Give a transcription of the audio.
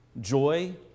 Joy